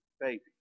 baby